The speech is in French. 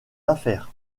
affaires